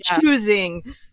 choosing